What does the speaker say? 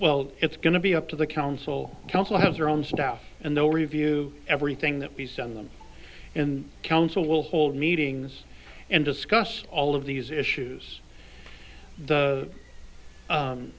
well it's going to be up to the council council has their own staff and the review everything that we send them and council will hold meetings and discuss all of these issues the